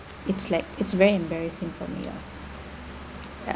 it's like it's very embarrassing for me lah ya